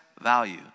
value